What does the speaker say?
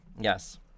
Yes